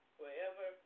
wherever